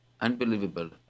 unbelievable